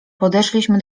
podeszliśmy